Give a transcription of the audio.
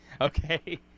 Okay